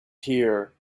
here